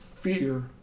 fear